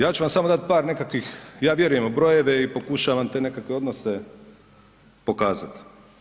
Ja ću vam samo dati par nekakvih, ja vjerujem u brojeve i pokušavam te nekakve odnose pokazat.